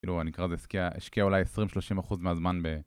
כאילו אני אקרא, אשקיעה אולי 20-30% מהזמן בהן